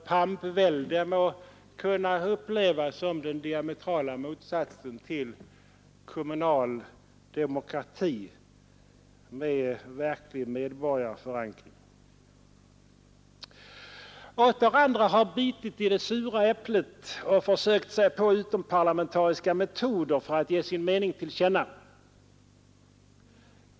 Pampvälde må kunna upplevas som den diametrala motsatsen till kommunal demokrati med verklig medborgarförankring. Åter andra har bitit i det sura äpplet och försökt sig på utomparlamentariska metoder för att ge sin mening till känna.